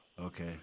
Okay